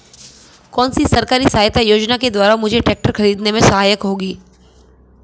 कौनसी सरकारी सहायता योजना के द्वारा मुझे ट्रैक्टर खरीदने में सहायक होगी?